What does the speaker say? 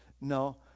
No